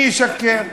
אני אשקר.